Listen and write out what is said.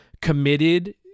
committed